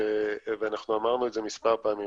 ואנחנו אמרנו את זה מספר פעמים.